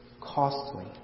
costly